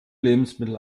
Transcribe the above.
lebensmittel